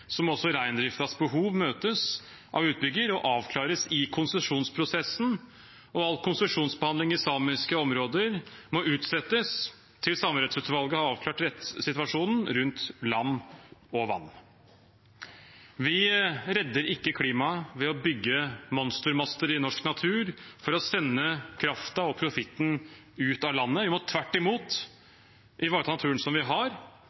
må også reindriftens behov møtes av utbygger og avklares i konsesjonsprosessen, og all konsesjonsbehandling i samiske områder må utsettes til Samerettsutvalget har avklart rettssituasjonen rundt land og vann. Vi redder ikke klimaet ved å bygge monstermaster i norsk natur for å sende kraften og profitten ut av landet. Vi må tvert imot ivareta naturen som vi har,